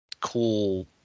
cool